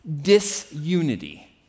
disunity